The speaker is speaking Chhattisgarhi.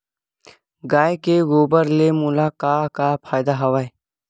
गाय के गोबर ले मोला का का फ़ायदा हवय?